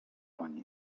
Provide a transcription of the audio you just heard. pani